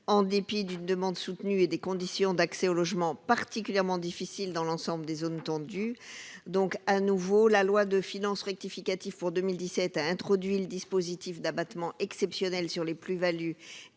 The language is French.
en dépit d'une demande soutenue et de conditions d'accès au logement particulièrement difficiles dans l'ensemble des zones tendues. La loi de finances rectificative pour 2017 a introduit un dispositif d'abattement exceptionnel sur les plus-values